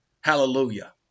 Hallelujah